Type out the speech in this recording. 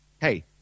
Hey